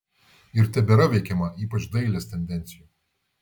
ir tebėra veikiama ypač dailės tendencijų